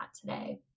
today